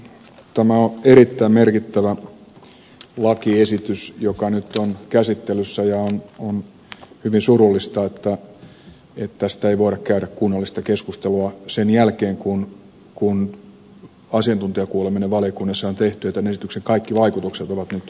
tämä on erittäin merkittävä lakiesitys joka nyt on käsittelyssä ja on hyvin surullista että tästä ei voida käydä kunnollista keskustelua sen jälkeen kun asiantuntijakuuleminen valiokunnissa on tehty ja tämän esityksen kaikki vaikutukset ovat nyt pikkuhiljaa selvinneet